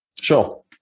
Sure